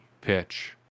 pitch